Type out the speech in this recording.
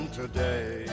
today